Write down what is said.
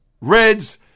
Reds